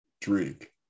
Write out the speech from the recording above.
drink